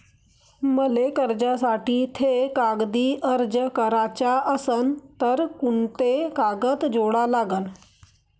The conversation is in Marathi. मले कर्जासाठी थे कागदी अर्ज कराचा असन तर कुंते कागद जोडा लागन?